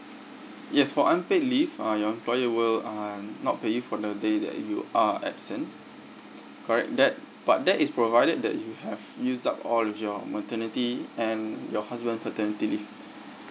yes for unpaid leave uh your employer will uh not pay you for the day that you are absent correct that but that is provided that you have used up all of your maternity and your husband paternity leave